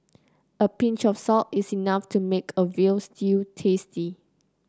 a pinch of salt is enough to make a veal stew tasty